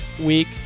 week